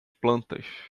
plantas